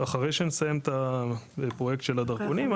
אחרי שנסיים את הפרויקט של הדרכונים.